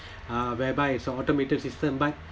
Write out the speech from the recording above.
uh whereby it's a automated system but